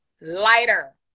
lighter